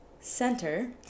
center